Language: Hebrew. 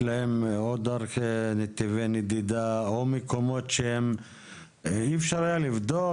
יש להם עוד נתיבי נדידה או מקומות אי אפשר היה לבדוק?